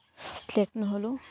select নহ'লোঁ